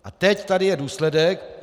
A teď tady je důsledek.